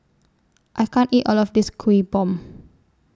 I can't eat All of This Kuih Bom